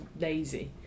lazy